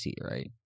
right